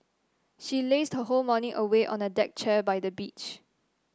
she lazed her whole morning away on a deck chair by the beach